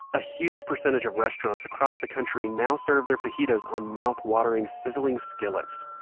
a huge percentage of restaurants across the country now serves their fajitas on mouth-watering sizzling skillets